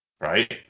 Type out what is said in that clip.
Right